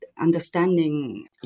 understanding